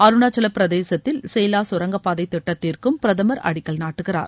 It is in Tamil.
அருணாச்சவப் பிரதேசத்தில் சேலா கரங்கப்பாதை திட்டத்திற்கும் பிரதமர் அடிக்கல் நாட்டுகிறார்